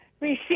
receive